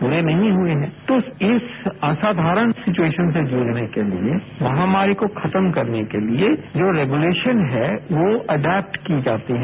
पूरे नहीं हुए हैं तो इस असाधारण सिच्युवेशन से जूझने के लिए महामारी को खत्म करने के लिए जो रेगुलेशन है वो अडैप्ट की जाती है